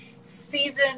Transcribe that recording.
season